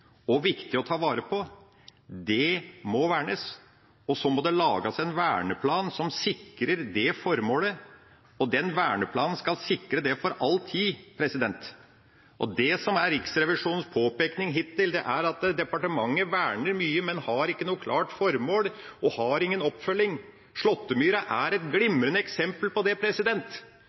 og viktig å ta vare på, må vernes, og så må det lages en verneplan som sikrer det formålet, og den verneplanen skal sikre det for all tid. Det som er Riksrevisjonens påpekning hittil, er at departementet verner mye, men har ikke noe klart formål og har ingen oppfølging. Slåttemyra er et glimrende eksempel på det.